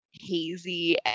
hazy